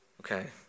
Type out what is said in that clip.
Okay